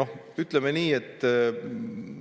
Noh, ütleme nii, et